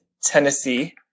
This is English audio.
Tennessee